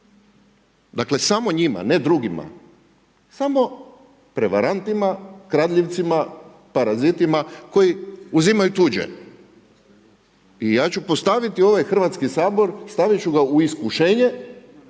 Dakle samo njima, ne drugima, samo prevarantima, kradljivcima, parazitima koji uzimaju tuđe. I ja ću postaviti ovaj Hrvatski sabor, stavit ću ga u iskušenje